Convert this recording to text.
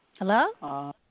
Hello